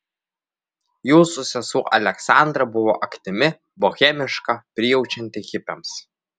jūsų sesuo aleksandra buvo aktyvi bohemiška prijaučianti hipiams